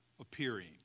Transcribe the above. appearing